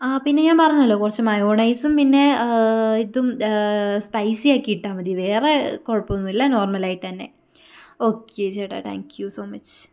ആ പിന്നെ ഞാൻ പറഞ്ഞല്ലൊ കുറച്ച് മയോണൈസും പിന്നെ ഇതും സ്പൈസിയാക്കി ഇട്ടാൽ മതി വേറെ കുഴപ്പമൊന്നുമില്ല നോർമലായിട്ട് തന്നെ ഓക്കെ ചേട്ടാ താങ്ക്യൂ സോ മച്ച്